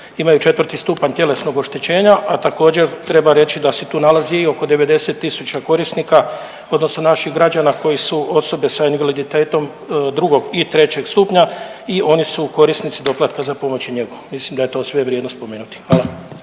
imaju 4 stupanj tjelesnog oštećenja, a također treba reći da se tu nalazi i oko 90 tisuća korisnika odnosno naših građana koji su osobe s invaliditetom 2 i 3 stupnja i oni su korisnici doplatka za pomoć i njegu. Mislim da je to sve vrijedno spomenuti. Hvala.